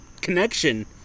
Connection